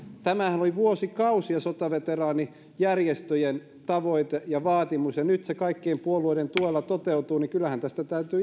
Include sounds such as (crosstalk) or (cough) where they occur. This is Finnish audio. tämähän oli vuosikausia sotaveteraanijärjestöjen tavoite ja vaatimus ja kun se nyt kaikkien puolueiden tuella toteutuu niin kyllähän tästä täytyy (unintelligible)